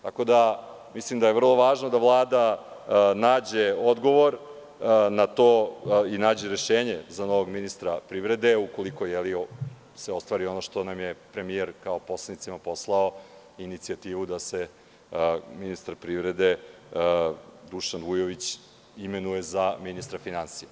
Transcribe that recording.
Tako da, mislim da je vrlo važno da Vlada nađe odgovor na to i nađe rešenje za novog ministra privrede, ukoliko se ostvari ono što nam je premijer kao poslanicima poslao inicijativu da se ministar privrede, Dušan Vujović, imenuje za ministra finansija.